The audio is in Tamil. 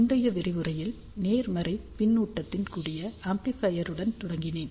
முந்தைய விரிவுரையில் நேர்மறை பின்னூட்டத்துடன் கூடிய ஆம்ப்ளிபையருடன் தொடங்கினேன்